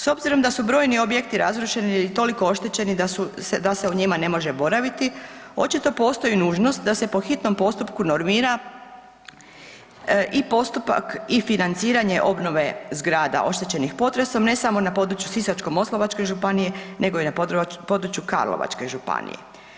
S obzirom da su brojni objekti razrušeni ili toliko oštećeni da se u njima ne može boraviti, očito postoji nužnost da se po hitnom postupku normira i postupak i financiranje obnove zgrada oštećenih potresom ne samo na području Sisačko-moslavačke županije nego i na području Karlovačke županije.